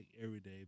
everyday